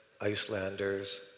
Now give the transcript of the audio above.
Icelanders